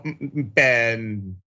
Ben